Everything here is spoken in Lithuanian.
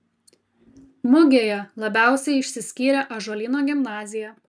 mugėje labiausiai išsiskyrė ąžuolyno gimnazija